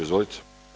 Izvolite.